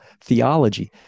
theology